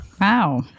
Wow